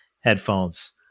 headphones